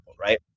Right